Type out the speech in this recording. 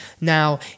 Now